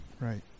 right